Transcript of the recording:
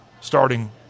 starting